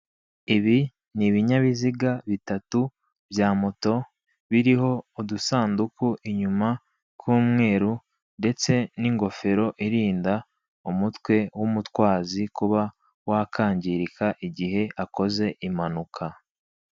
Ibi ni ibinyabiziga bitatu bya moto biriho udusanduku inyuma tw'umweru ndetse n'ingofero irinda umutwe w'umutwazi kuba wakwangirika mu gihe akoze impanuka.